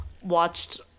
watched